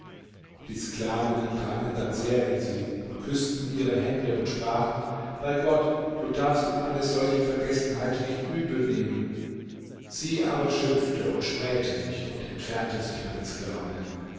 die sklavinnen drangen dann sehr in sie und küßten ihre hände und sprachen bei gott du darfst ihm eine solche vergessenheit nicht übel nehmen sie aber schimpfte und schmähte mich und entfernte sich mit den sklavinnen